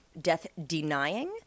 death-denying